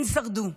הן שרדו,